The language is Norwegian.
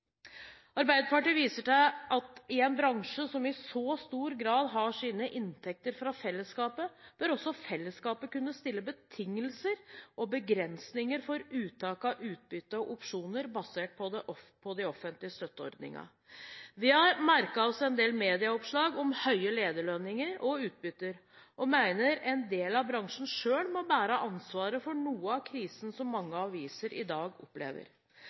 Arbeiderpartiet viser til at i en bransje som i så stor grad har sine inntekter fra fellesskapet, bør også fellesskapet kunne stille betingelser og begrensninger for uttak av utbytte og opsjoner basert på de offentlige støtteordningene. Vi har merket oss en del medieoppslag om høye lederlønninger og utbytter, og mener en del av bransjen selv må bære ansvaret for noe av krisen som mange aviser i dag opplever.